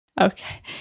Okay